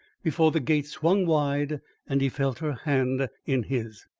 before the gate swung wide and he felt her hand in his.